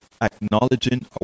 acknowledging